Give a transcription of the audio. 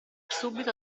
subito